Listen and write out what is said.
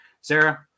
Sarah